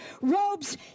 Robes